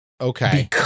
okay